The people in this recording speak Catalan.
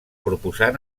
proposar